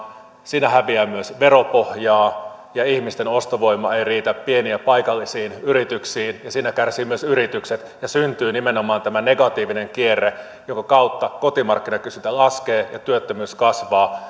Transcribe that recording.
siinä häviää myös veropohjaa ja ihmisten ostovoima ei riitä pieniin ja paikallisiin yrityksiin siinä kärsivät myös yritykset ja syntyy nimenomaan tämä negatiivinen kierre jonka kautta kotimarkkinakysyntä laskee ja työttömyys kasvaa